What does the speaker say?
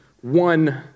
one